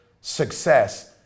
success